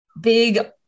big